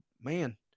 man